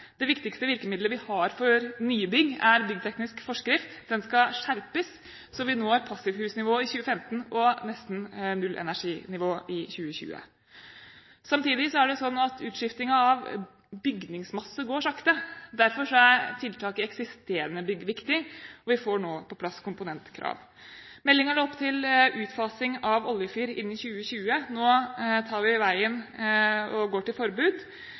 Det viktigste virkemidlet vi har for nye bygg, er Byggteknisk forskrift. Den skal skjerpes, slik at vi når passivhusnivået i 2015 og nesten nullenerginivået i 2020. Samtidig er det sånn at utskiftingen av bygningsmasse går sakte. Derfor er tiltak i eksisterende bygg viktig, og vi får nå på plass komponentkrav. Meldingen la opp til utfasing av oljefyr innen 2020. Nå tar vi veien og går til forbud.